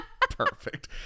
Perfect